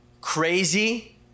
Crazy